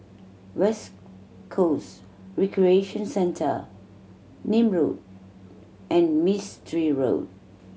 West Coast Recreation Centre Nim Road and Mistri Road